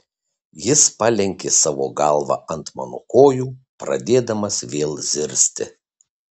jis palenkė savo galvą ant mano kojų pradėdamas vėl zirzti